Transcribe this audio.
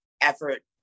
effort